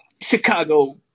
Chicago